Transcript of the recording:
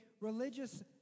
religious